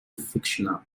fictional